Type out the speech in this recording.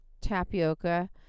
tapioca